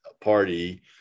party